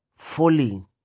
Falling